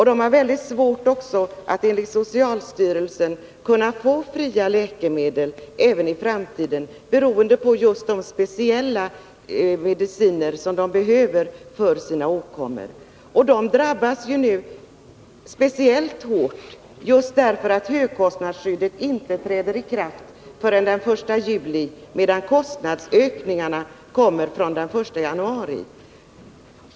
De har enligt socialstyrelsen mycket svårt att få fria läkemedel även i framtiden, beroende på de speciella mediciner som de behöver för sina åkommor. De drabbas nu speciellt hårt därför att högkostnadsskyddet inte träder i kraft förrän den 1 juli, medan kostnadsökningarna kommer från den 1 januari.